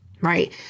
right